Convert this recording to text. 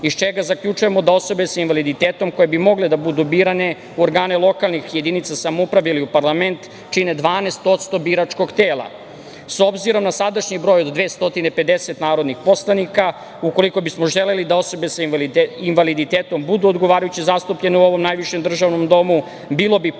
iz čega zaključujemo sa osobe sa invaliditetom koje bi mogle da budu birane u organe lokalnih jedinica samouprave ili u parlament čine 12% biračkog tela. S obzirom na sadašnji broj od 250 narodnih poslanika, ukoliko bismo želeli da osobe sa invaliditetom budu odgovarajuće zastupljene u ovom najvišem državnom domu, bilo bi potrebno